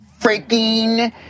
Freaking